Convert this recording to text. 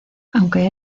aunque